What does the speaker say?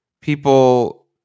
people